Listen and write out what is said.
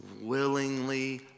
willingly